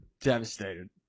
devastated